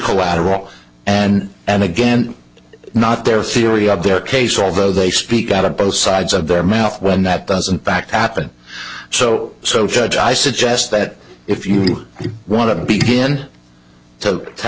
collateral and and again not their theory of their case although they speak out of both sides of their mouth when that doesn't back appen so so judge i suggest that if you want to begin to